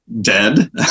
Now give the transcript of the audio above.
dead